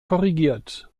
korrigiert